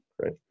right